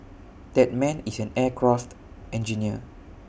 that man is an aircraft engineer